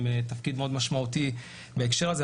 יש להן תפקיד מאוד משמעותי בהקשר הזה.